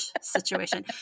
situation